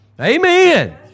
Amen